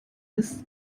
ist